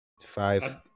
Five